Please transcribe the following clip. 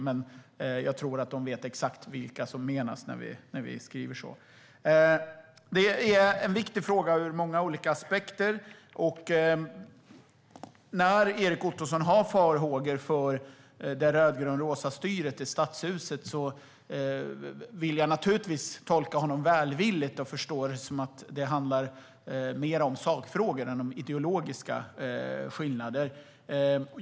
Men jag tror att de vet exakt vilka som avses när vi säger så. Det är en viktig fråga ur många olika aspekter. När Erik Ottoson har farhågor för det röd-grön-rosa styret i Stadshuset vill jag naturligtvis tolka honom välvilligt. Jag förstår det alltså som att det handlar mer om sakfrågan än ideologiska skillnader.